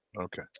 Okay